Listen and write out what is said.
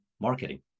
marketing